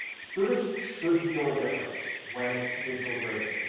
students should feel a difference when it's digital grading.